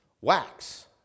wax